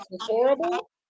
horrible